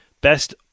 best